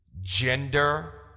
gender